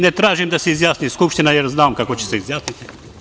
Ne tražim da se izjasni Skupština jer znam kako će se izjasniti.